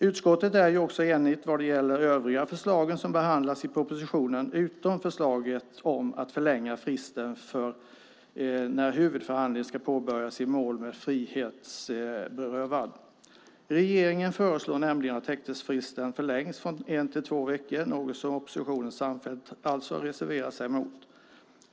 Utskottet är ju också enigt vad gäller de övriga förslagen som behandlas i propositionen utom förslaget att förlänga fristen för när huvudförhandling ska påbörjas i mål med frihetsberövad. Regeringen föreslår nämligen att häktesfristen förlängs från en till två veckor, något som oppositionen samfällt reserverar sig mot.